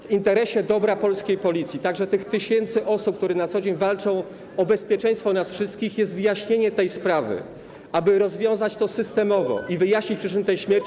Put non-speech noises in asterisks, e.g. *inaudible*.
W interesie dobra polskiej Policji, także tych tysięcy osób, które na co dzień walczą o bezpieczeństwo nas wszystkich, jest wyjaśnienie tej sprawy, *noise* rozwiązanie tego systemowo i wyjaśnienie przyczyny tej śmierci.